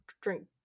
drink